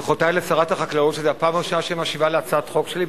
ברכותי לשרת החקלאות שזו הפעם הראשונה שהיא משיבה על הצעת חוק שלי.